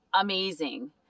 amazing